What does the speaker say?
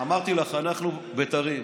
אמרתי לך, אנחנו בית"רים.